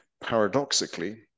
Paradoxically